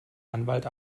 anwalt